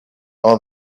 all